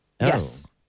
Yes